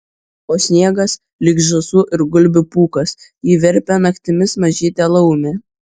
o sniegas lyg žąsų ir gulbių pūkas jį verpia naktimis mažytė laumė